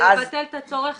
זה יבטל את הצורך